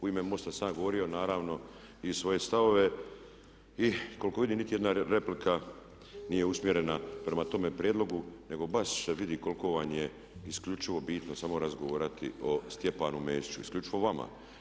U ime MOST-a sam ja govorio naravno i svoje stavove i koliko vidim niti jedna replika nije usmjerena prema tome prijedlogu nego baš se vidi koliko vam je isključivo bitno samo razgovarati o Stjepanu Mesiću, isključivo vama.